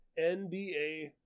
NBA